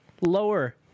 lower